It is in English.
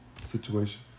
situation